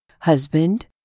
Husband